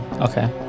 Okay